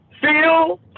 Phil